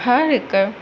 हर हिकु